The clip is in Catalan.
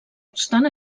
obstant